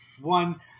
One